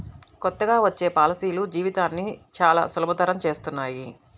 కొత్తగా వచ్చే పాలసీలు జీవితాన్ని చానా సులభతరం చేస్తున్నాయి